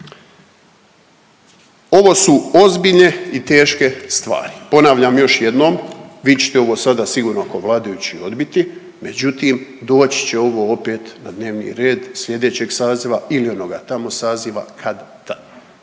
Ovo su ozbiljne i teške stvari. Ponavljam još jednom, vi ćete ovo sada sigurno kao vladajući odbiti, međutim doći će ovo opet na dnevni red sljedećeg saziva ili onoga tamo saziva kad-tad,